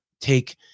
take